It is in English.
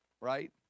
Right